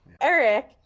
Eric